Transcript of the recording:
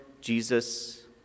Jesus